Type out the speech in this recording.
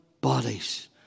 bodies